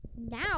now